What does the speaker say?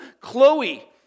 Chloe